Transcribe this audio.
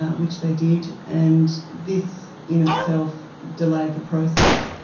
ah which they did, and this in itself delayed the process.